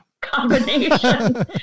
combination